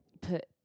put